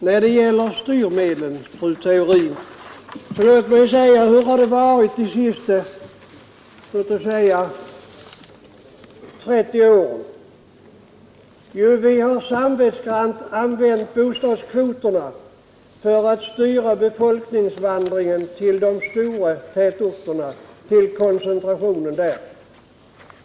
Hur har det varit under de senaste 30 åren när det gäller styrmedlen? Jo, man har samvetsgrant använt bostadskvoterna för att styra befolkningsvandringen till de stora tätorterna och koncentrationen dit.